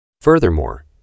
Furthermore